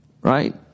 right